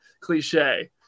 cliche